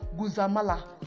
guzamala